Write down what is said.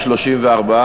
34,